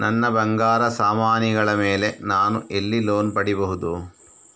ನನ್ನ ಬಂಗಾರ ಸಾಮಾನಿಗಳ ಮೇಲೆ ನಾನು ಎಲ್ಲಿ ಲೋನ್ ಪಡಿಬಹುದು?